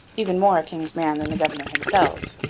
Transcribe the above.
even more a king's man than the governor himself.